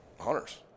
hunters